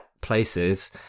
places